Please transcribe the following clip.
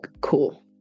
cool